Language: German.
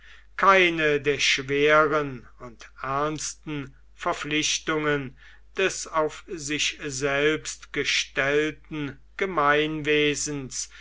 keine der schweren und ernsten verpflichtungen des auf sich selbst gestellten gemeinwesens